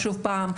ושוב פעם,